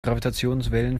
gravitationswellen